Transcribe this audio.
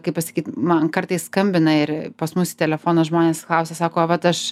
kaip pasakyt man kartais skambina ir pas mus į telefoną žmonės klausia sako vat aš